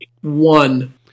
One